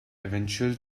eventual